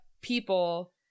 people